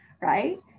right